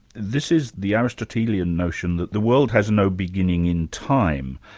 this is the aristotelian notion that the world has no beginning in time.